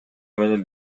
менен